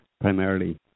primarily